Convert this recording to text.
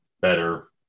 better